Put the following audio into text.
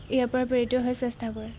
ইয়াৰ পৰা প্ৰেৰিত হোৱাৰ চেষ্টা কৰে